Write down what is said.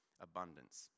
abundance